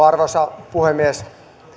arvoisa puhemies